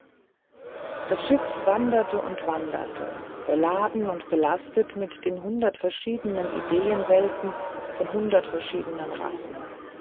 das schiff wanderte und wanderte beladen und belastet mit den hundert verschiedenen ideenwelten von hundert verschiedenen rassen